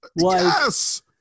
Yes